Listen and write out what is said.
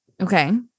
Okay